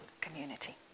community